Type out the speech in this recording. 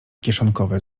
kieszonkowe